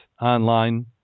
online